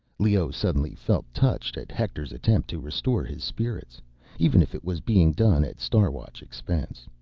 leoh suddenly felt touched at hector's attempt to restore his spirits even if it was being done at star watch expense.